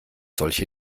solche